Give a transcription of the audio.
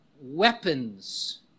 weapons